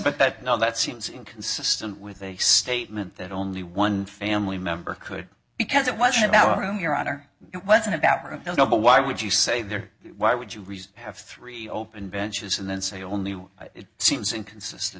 but that now that seems inconsistent with a statement that only one family member could because it wasn't about him your honor it wasn't about those no but why would you say there why would you have three open benches and then say only it seems inconsistent